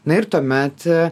na ir tuomet